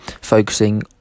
focusing